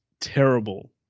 terrible